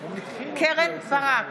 קרן ברק,